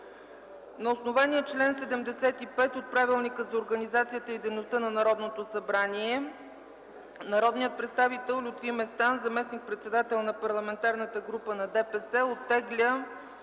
На основание чл. 75 от Правилника за организацията и дейността на Народното събрание народният представител Лютви Местан – заместник-председател на Парламентарната група на Движението